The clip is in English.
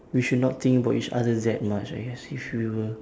we should not think about each other that much I guess if we were